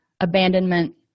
Abandonment